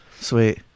sweet